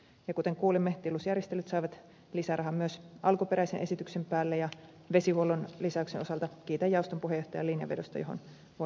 ja kuten kuulimme tilusjärjestelyt saavat lisärahan myös alkuperäisen esityksen päälle ja vesihuollon lisäyksen osalta kiitän jaoston puheenjohtajaa linjanvedosta johon voin yhtyä